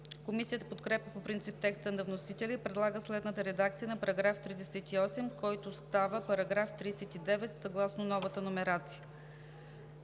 Комисията подкрепя по принцип текста на вносителя за § 38 и предлага следната редакция на § 38, който става § 39, съгласно новата номерация: